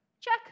Check